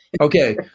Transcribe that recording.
Okay